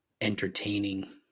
entertaining